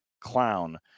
clown